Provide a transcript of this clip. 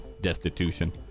destitution